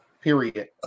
Period